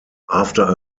after